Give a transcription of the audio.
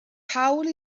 hawl